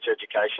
education